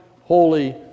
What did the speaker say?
holy